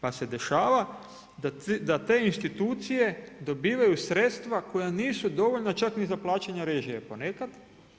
Pa se dešava da te institucije dobivaju sredstva koja nisu dovoljna čak ni za plaćanje režija ponekad.